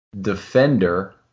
defender